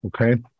Okay